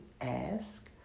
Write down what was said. ask